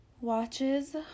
watches